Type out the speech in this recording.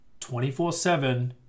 24-7